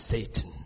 Satan